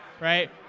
right